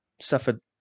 suffered